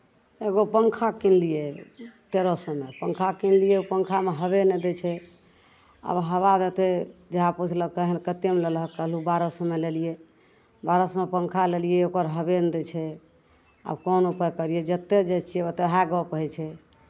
एगो पङ्खा किनलियै तेरह सएमे पङ्खा किनलियै पङ्खामे हवे नहि दै छै आब हवा देतै जएह बुझलक कहलक कतेकमे लेलहक कहलियै बारह सएमे लेलियै बारह सएमे पङ्खा लेलियै ओकर हवे नहि दै छै आब कोन उपाय करियै जतय जाइ छियै ओतय इएह गप्प होइ छै